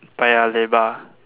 Paya-Lebar